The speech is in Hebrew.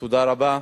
תודה רבה.